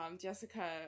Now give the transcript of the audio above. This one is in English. jessica